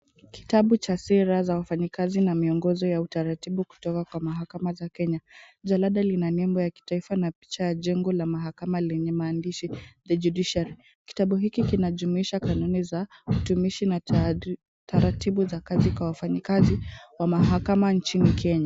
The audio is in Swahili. Kitabu cha sera za wafanyikazi na miongozo ya utaratibu kutoka kwa mahakama za kenya. Jalada lina nembo ya kitaifa na picha ya jengo la mahakama lenye maandishi The Judiciary . Kitabu hiki kinajumuisha kanuni za utumishi na taratibu za kazi kwa wafanyikazi wa mahakama nchini kenya.